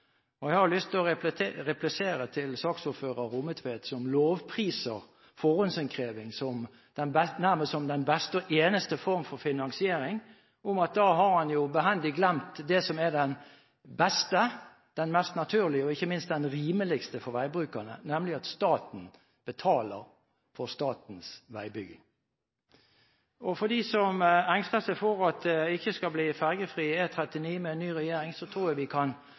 og veibrukerne kan glede seg til at det vil skje. Når vi i dag behandler en sak om forhåndsinnkreving, er det fordi regjeringen har tatt stilling til finansieringen. Jeg har lyst til å replisere til saksordfører Rommetveit, som lovpriser forhåndsinnkreving som den nærmest beste og eneste form for finansiering, at da har han behendig glemt den som er den beste, den mest naturlige, og ikke minst den rimeligste for veibrukerne, nemlig at staten betaler for statens veibygging. For dem som engster seg for at det ikke skal